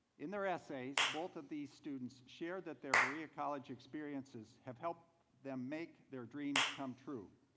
in their essays, both of these students share that their berea college experiences have helped them make their dreams come true.